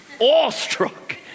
awestruck